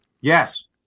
Yes